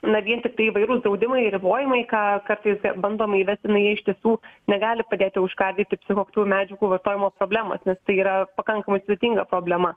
na vien tiktai įvairūs draudimai ir ribojimai ką kartais bandoma įvesti na jie iš tiesų negali padėti užkardyti psichoaktyvių medžiagų vartojimo problemos nes tai yra pakankamai sudėtinga problema